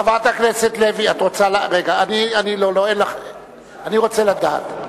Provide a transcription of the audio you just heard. חברת הכנסת לוי, אני רוצה לדעת: